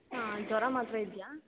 ಹಾಂ ಜ್ವರ ಮಾತ್ರ ಇದೆಯಾ